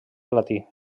platí